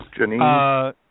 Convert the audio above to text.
Janine